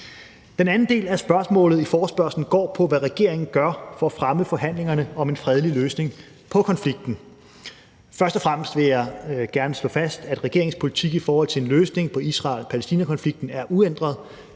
Den anden del af spørgsmålet i forespørgslen går på, hvad regeringen gør for at fremme forhandlingerne om en fredelig løsning på konflikten. Først og fremmest vil jeg gerne slå fast, at regeringens politik i forhold til en løsning på Israel-Palæstina-konflikten er uændret.